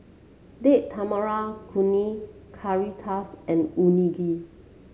Date Tamarind Chutney Currywurst and Unagi